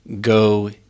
go